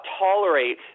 tolerate